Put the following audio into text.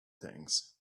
things